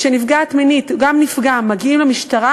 כשנפגעת מינית או נפגע מגיעים למשטרה,